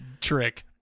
trick